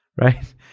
right